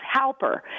Halper